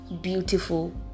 beautiful